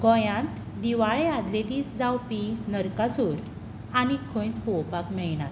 गोंयांत दिवाळे आदले दीस जावपी नरकासूर आनी खंयच पळोवपाक मेळना